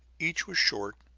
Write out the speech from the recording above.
each was short,